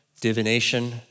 divination